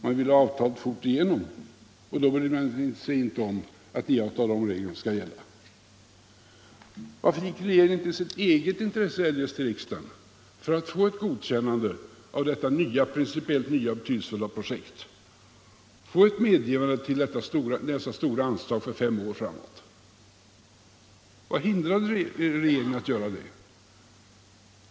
Man ville ha avtalet fort igenom, och då brydde man sig inte om att iaktta de regler som skall gälla. Varför gick regeringen inte i sitt eget intresse eljest till riksdagen för att få ett godkännande av detta principiellt nya och betydelsefulla projekt, få ett medgivande till dessa stora anslag för fem år framåt? Vad hindrade regeringen att göra det?